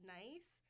nice